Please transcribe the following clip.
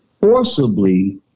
forcibly